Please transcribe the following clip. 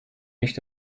nicht